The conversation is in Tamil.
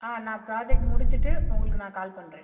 நான் ப்ராஜெக்ட் முடிச்சிவிட்டு உங்களுக்கு நான் கால் பண்ணுறேன்